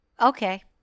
Okay